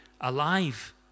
alive